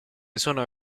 sono